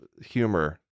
humor